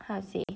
how to say